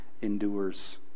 endures